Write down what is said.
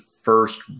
first